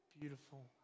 beautiful